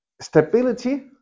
stability